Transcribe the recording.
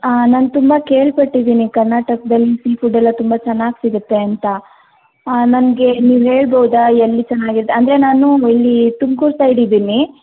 ನಾನು ತುಂಬ ಕೇಳಪಟ್ಟಿದ್ದೀನಿ ಕರ್ನಾಟಕದಲ್ಲಿ ಸೀಫುಡ್ ಎಲ್ಲ ತುಂಬ ಚೆನ್ನಾಗಿ ಸಿಗುತ್ತೆ ಅಂತ ನನಗೆ ನೀವು ಹೇಳ್ಬೋದಾ ಎಲ್ಲಿ ಚೆನ್ನಾಗಿದೆ ಅಂದರೆ ನಾನು ಇಲ್ಲಿ ತುಮ್ಕೂರು ಸೈಡ್ ಇದ್ದೀನಿ